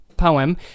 poem